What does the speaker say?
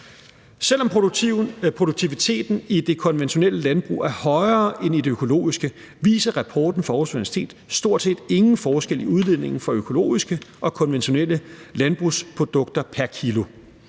Selv om produktiviteten i det konventionelle landbrug er højere end i det økologiske, viser rapporten fra Aarhus Universitet stort set ingen forskel i udledningen fra økologiske og konventionelle landbrugsprodukter pr. kilo.